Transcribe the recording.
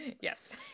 Yes